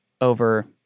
over –